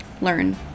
Learn